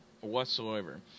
whatsoever